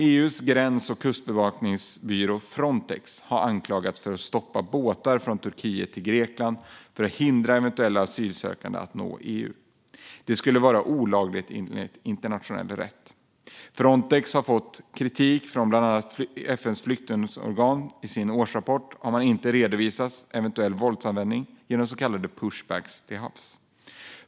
EU:s gräns och kustbevakningsbyrå Frontex har anklagats för att ha stoppat båtar från Turkiet till Grekland för att hindra eventuella asylsökande att nå EU. Detta skulle vara olagligt enligt internationell rätt. Frontex har fått kritik från bland annat FN:s flyktingorgan för att i sin årsrapport inte ha redovisat eventuell våldsanvändning genom så kallade pushbacks till havs.